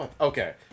Okay